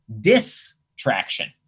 distraction